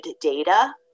data